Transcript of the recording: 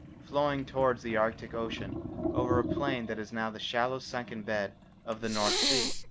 flowing towards the arctic ocean over a plain that is now the shallow sunken bed of the north sea.